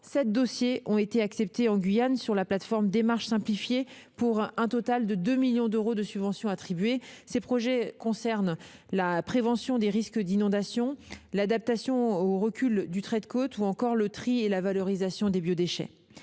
7 dossiers ont été acceptés en Guyane sur la plateforme « Démarches simplifiées » pour un total de 2 millions d'euros de subventions attribuées. Ces projets concernent la prévention des risques d'inondation, l'adaptation au recul du trait de côte ou le tri et la valorisation des biodéchets.